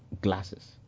glasses